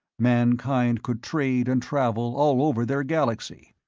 mankind could trade and travel all over their galaxy,